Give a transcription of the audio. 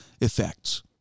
effects